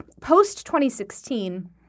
post-2016